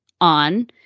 on